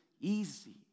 easy